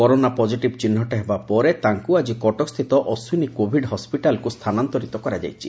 corona positive ଚିହ୍ଦଟ ହେବା ପରେ ତାଙ୍କୁ ଆଜି କଟକସ୍ଥିତ ଅଶ୍ୱିନୀ କୋଭିଡ୍ ହସ୍ୱିଟାଲକୁ ସ୍ଥାନାନ୍ତରିତ କରାଯାଇଛି